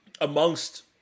Amongst